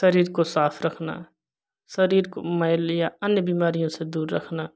शरीर को साफ़ रखना शरीर को मेलया अन्य बीमारियों से दूर रखना